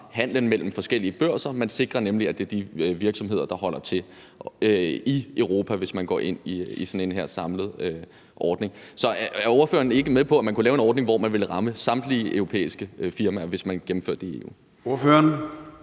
handlen mellem forskellige børser. Man sikrer nemlig, at det gælder for de virksomheder, der holder til i Europa, hvis man går ind i sådan en samlet ordning som den her. Så er ordføreren ikke med på, at man kunne lave en ordning, hvor man ville ramme samtlige europæiske firmaer, hvis man gennemførte det i EU?